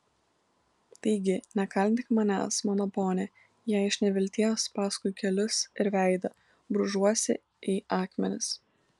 taigi nekaltink manęs mano pone jei iš nevilties paskui kelius ir veidą brūžuosi į akmenis